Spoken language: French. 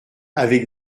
avec